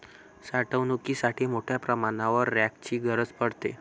साठवणुकीसाठी मोठ्या प्रमाणावर रॅकची गरज पडते